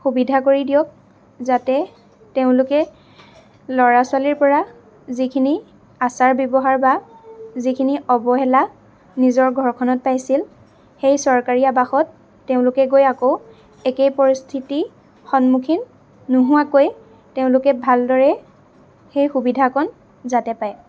সুবিধা কৰি দিয়ক যাতে তেওঁলোকে ল'ৰা ছোৱালীৰ পৰা যিখিনি আচাৰ ব্য়ৱহাৰ বা যিখিনি অৱহেলা নিজৰ ঘৰখনত পাইছিল সেই চৰকাৰী আৱাসত তেওঁলোকে গৈ আকৌ একেই পৰিস্থিতিৰ সন্মুখীন নোহোৱাকৈ তেওঁলোকে ভালদৰে সেই সুবিধাকণ যাতে পায়